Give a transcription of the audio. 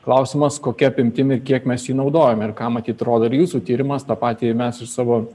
klausimas kokia apimtim ir kiek mes jį naudojame ir ką matyt rodo ir jūsų tyrimas tą patį mes iš savo